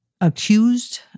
accused